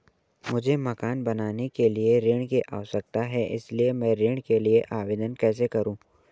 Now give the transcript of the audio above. मुझे मकान बनाने के लिए ऋण की आवश्यकता है इसलिए मैं ऋण के लिए आवेदन कैसे करूं?